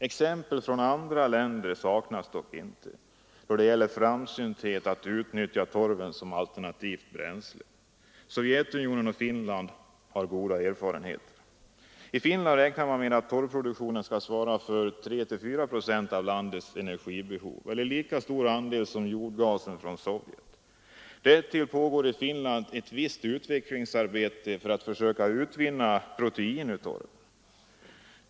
Exempel från andra länder saknas dock inte på framsynthet att utnyttja torven som alternativt bränsle. Sovjetunionen och Finland har goda erfarenheter. I Finland räknar man med att torvproduktionen skall täcka 3—4 procent av landets energibehov eller lika stor del som jordgasen från Sovjet svarar för. Därtill pågår i Finland ett visst utvecklingsarbete för att försöka utvinna protein ur torv.